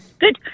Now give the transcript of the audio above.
Good